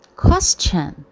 question